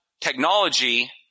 technology